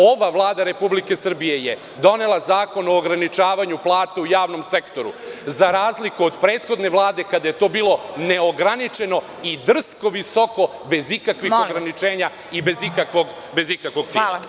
Ova Vlada Republike Srbije je donela Zakon o ograničavanju plata u javnom sektoru za razliku od prethodne Vlade kada je to bilo neograničeno i drsko visoko bez ikakvih ograničenja i bez ikakvog cilja.